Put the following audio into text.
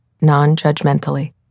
non-judgmentally